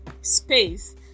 space